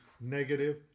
negative